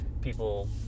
people